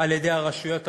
על-ידי הרשויות המקומיות,